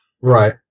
Right